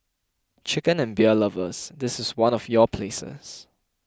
chicken and beer lovers this is one of your places